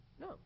No